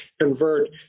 convert